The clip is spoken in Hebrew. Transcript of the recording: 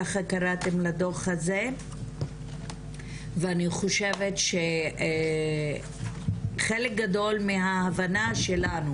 ככה קראתם לדוח הזה ואני חושבת חלק גדול מההבנה שלנו